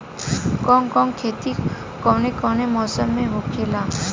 कवन कवन खेती कउने कउने मौसम में होखेला?